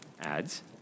ads